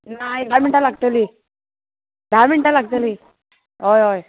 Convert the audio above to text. ना एक धा मिनटां लागतलीं धा मिनटां लागतली हय हय